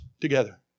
together